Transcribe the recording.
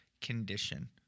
condition